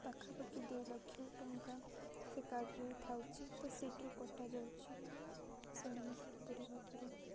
ପାଖାପାଖି ଦୁଇ ଲକ୍ଷ ଟଙ୍କା ସେ କାର୍ଡ଼ରେ ଥାଉଛି ତ ସେଥିରୁ କଟା ଯାଉଛି ସେମାନେ କିପରି ଭାବରେ